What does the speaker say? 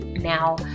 now